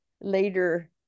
later